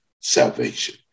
Salvation